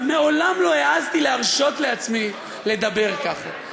מעולם לא העזתי להרשות לעצמי לדבר ככה.